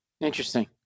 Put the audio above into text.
Interesting